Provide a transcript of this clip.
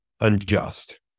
unjust